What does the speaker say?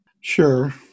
Sure